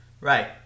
Right